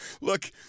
look